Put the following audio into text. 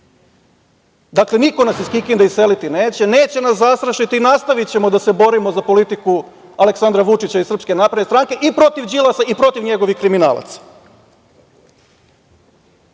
Dakle, niko nas iz Kikinde iseliti neće. Neće nas zastrašiti i nastavićemo da se borimo za politiku Aleksandra Vučića i SNS i protiv Đilasa i protiv njegovih kriminalaca. Danas